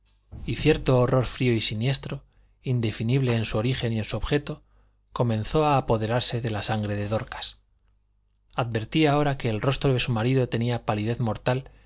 y cierto horror frío y siniestro indefinible en su origen y en su objeto comenzó a apoderarse de la sangre de dorcas advertía ahora que el rostro de su marido tenía palidez mortal